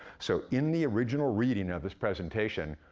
so in the original reading of this presentation,